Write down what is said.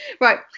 Right